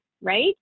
right